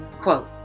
quote